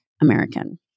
American